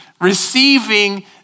receiving